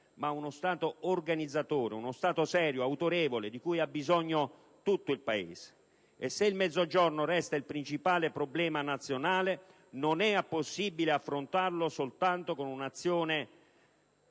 ma organizzatore, serio e autorevole, di cui ha bisogno tutto il Paese. Se il Mezzogiorno resta il principale problema nazionale, non è possibile affrontarlo senza un'azione